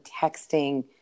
texting